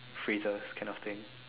freezes kind of thing